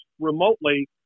remotely